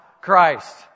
Christ